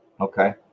Okay